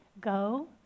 go